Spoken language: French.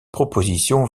proposition